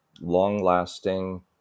long-lasting